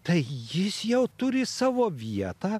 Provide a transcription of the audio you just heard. tai jis jau turi savo vietą